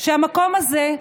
שהמקום הזה,